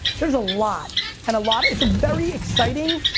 there's a lot and a lot, it's a very exciting,